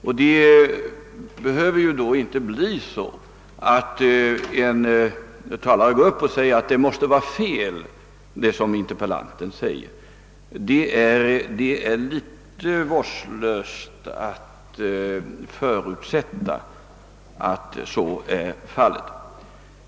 Då hade det ju inte behövt inträffa att en talare gått upp och sagt att det måste vara fel som interpellanten säger. Det är litet vårdslöst att förutsätta att så är fallet.